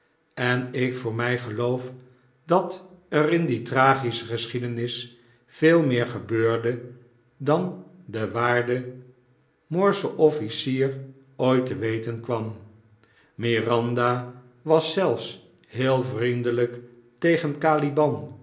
en ik voor mij geloof dat er in die tragische geschiedenis veel meer gebeurde dan de waarde moorsche ofhcier ooit te weten kwain miranda was zelfs heel vriendelijk tegen